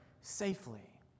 safely